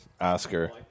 Oscar